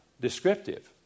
descriptive